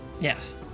Yes